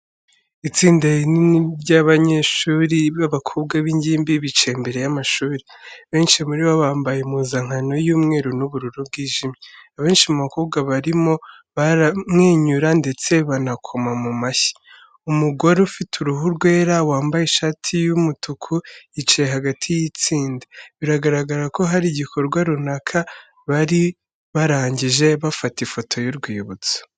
Itsinda rinini ry'abanyeshuri b'abakobwa b'ingimbi, bicaye imbere y'amashuri. Benshi muri bo bambaye impuzankano y'umweru n'ubururu bwijimye. Abenshi mu bakobwa barimo baramwenyura, ndetse banakoma mu mashyi. Umugore ufite uruhu rwera, wambaye ishati y'umutuku, yicaye hagati y'itsinda. Bigaragara ko hari igikorwa runaka bari barangije, bagafata ifoto y'urwibutso.